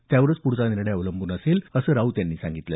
त्यावरच पुढचा निर्णय अवलंबून असेल असं राऊत यांनी सांगितलं